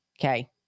Okay